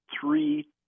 three